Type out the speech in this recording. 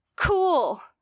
cool